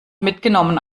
mitgenommen